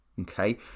okay